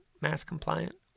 mass-compliant